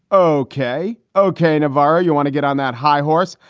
ok ok. navarro, you want to get on that high horse?